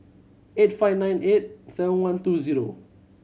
eight five nine eight seven one two zero